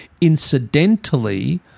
incidentally